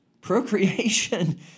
procreation